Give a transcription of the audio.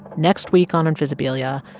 next week on invisibilia,